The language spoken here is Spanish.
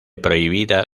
prohibida